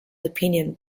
opinion